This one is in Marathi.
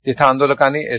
तिथं आंदोलकांनी एस